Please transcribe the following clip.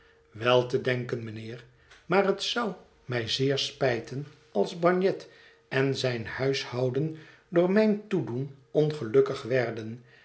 wel te denken mijnheer maar het zou mij zeer spijten als bagnet en zijn huishouden door mijn toedoen ongelukkig werden